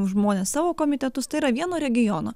žmonės savo komitetus tai yra vieno regiono